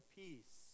peace